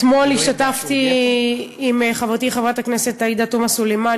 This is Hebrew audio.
אתמול השתתפתי עם חברתי חברת הכנסת עאידה תומא סלימאן,